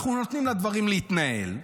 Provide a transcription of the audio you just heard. אנחנו נותנים לדברים להתנהל.